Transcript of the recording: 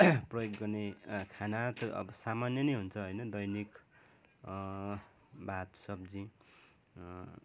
प्रयोग गर्ने र खाना त अब सानान्य नै हुन्छ होइन अब दैनिक भात सब्जी